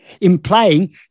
implying